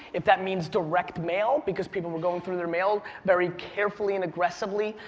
if that means direct mail, because people were going through their mail very carefully and aggressively,